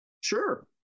Sure